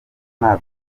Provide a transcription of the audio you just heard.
nta